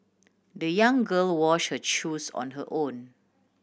the young girl wash her shoes on her own